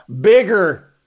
Bigger